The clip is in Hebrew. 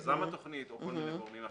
יזם התוכנית או כל מיני גורמים אחרים.